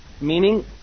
Meaning